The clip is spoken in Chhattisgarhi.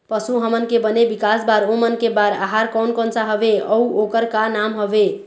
पशु हमन के बने विकास बार ओमन के बार आहार कोन कौन सा हवे अऊ ओकर का नाम हवे?